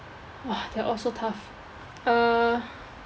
!wah! they're all so tough uh